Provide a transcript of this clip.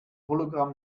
hologramm